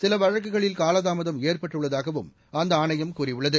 சில வழக்குகளில் காலதாமதம் ஏற்பட்டுள்ளதாகவும் அந்த ஆணையம் கூறியுள்ளது